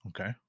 Okay